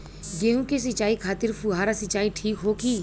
गेहूँ के सिंचाई खातिर फुहारा सिंचाई ठीक होखि?